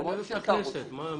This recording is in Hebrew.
לא אמרתי שאתה רוצה.